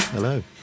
Hello